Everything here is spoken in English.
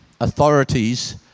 authorities